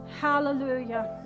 Hallelujah